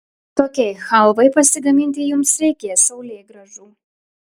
tokiai chalvai pasigaminti jums reikės saulėgrąžų